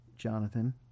Jonathan